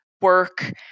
work